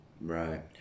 right